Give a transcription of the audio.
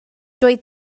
doedd